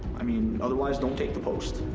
i mean, otherwise don't take the post.